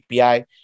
API